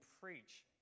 preach